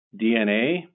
DNA